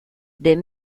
des